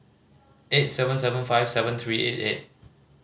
eight seven seven five seven three eight eight